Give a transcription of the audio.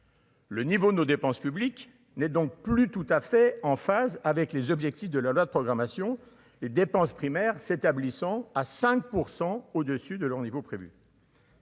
Le niveau nos dépenses publiques n'est donc plus tout à fait en phase avec les objectifs de la date de programmation, les dépenses primaires s'établissant à 5 % au-dessus de leur niveau prévu.